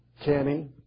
Kenny